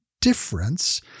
difference